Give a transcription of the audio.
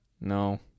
No